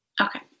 Okay